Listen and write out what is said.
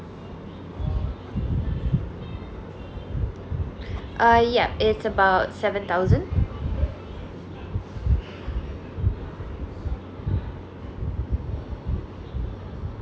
uh yeah it's about seven thousand